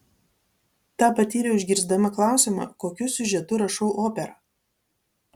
tą patyriau išgirsdama klausimą kokiu siužetu rašau operą